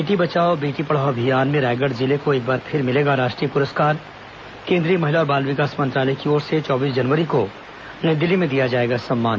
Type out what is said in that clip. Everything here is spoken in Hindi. बेटी बचाओ बेटी पढ़ाओ अभियान में रायगढ़ जिले को एक बार फिर मिलेगा राष्ट्रीय पुरस्कार केन्द्रीय महिला और बाल विकास मंत्रालय की ओर से चौबीस जनवरी को नई दिल्ली में दिया जाएगा सम्मान